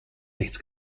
nichts